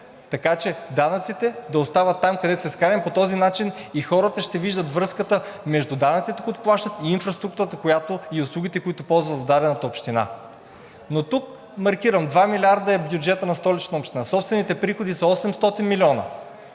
така че данъците да остават там, където са изкарани. По този начин и хората ще виждат връзката между данъците, които плащат, и инфраструктурата и услугите, които ползват в дадената община. Тук маркирам – 2 милиарда е бюджетът на Столична община. Собствените приходи са 800 милиона,